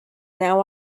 now